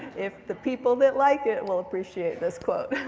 if the people that like it will appreciate this quote.